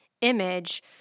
image